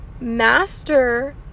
master